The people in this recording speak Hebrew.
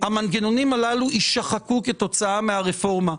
המנגנונים הללו יישחקו כתוצאה מהרפורמה.